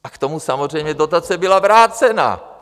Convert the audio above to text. A k tomu samozřejmě dotace byla vrácena!